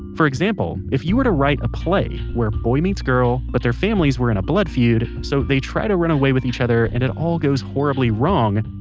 for example if you were to write a play where boy meets girl, but their families were in a blood feud, so they try to run away with eachother and it goes horribly wrong,